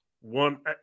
one